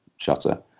shutter